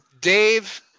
Dave